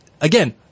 again